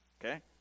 Okay